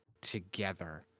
together